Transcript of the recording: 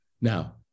Now